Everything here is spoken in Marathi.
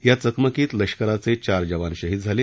या चकमकीत लष्कराचे चार जवान शहीद झाले